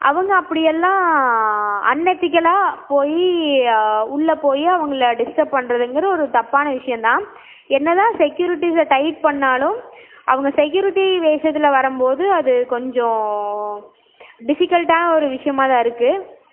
அவங்க அப்படி எல்லாம் அன்எத்திக்கல்லாக போய் உள்ளே போய் அவங்களை டிஸ்ட்ரப் பண்ணுறதுங்குறது ஒரு தப்பான விஷயம்தான் என்னதான் செக்யூரிட்டிஸ்ஸை டைட் பண்ணிணாலும் அவங்க செக்யூரிட்டி வேஷத்தில் வரும்போது அது கொஞ்சம் டிஃபிகல்ட்டான ஒரு விஷயமாகதான் இருக்குது